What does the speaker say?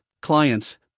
clients